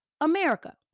America